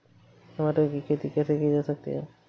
टमाटर की खेती कैसे की जा सकती है?